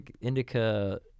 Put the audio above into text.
Indica –